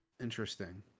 Interesting